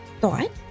thought